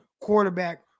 quarterback